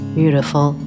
beautiful